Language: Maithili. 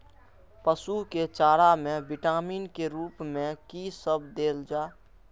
पशु के चारा में विटामिन के रूप में कि सब देल जा?